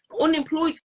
Unemployed